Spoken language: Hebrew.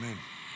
אמן.